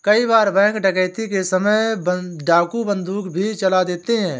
कई बार बैंक डकैती के समय डाकू बंदूक भी चला देते हैं